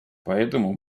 поэтому